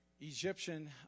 Egyptian